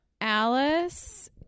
alice